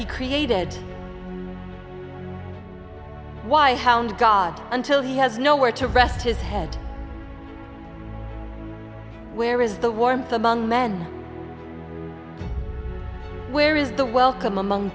he created why hound god until he has no where to rest his head where is the warmth among men where is the welcome among